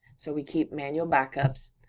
so we keep manual backups.